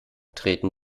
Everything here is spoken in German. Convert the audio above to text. treten